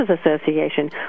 Association